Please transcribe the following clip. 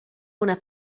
una